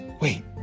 wait